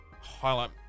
Highlight